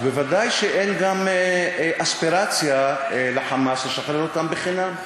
אז ודאי שאין גם אספירציה ל"חמאס" לשחרר אותם חינם.